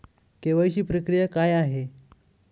KYC प्रक्रिया काय आहे?